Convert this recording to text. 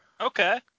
Okay